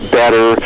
better